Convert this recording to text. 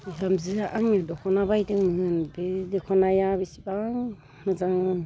बिहामजोआ आंनि दख'ना बायदोंमोन बे दख'नाया बिसिबां मोजां